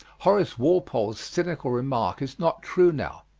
horace walpole's cynical remark is not true now,